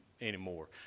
anymore